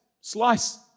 slice